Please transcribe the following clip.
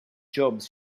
jobs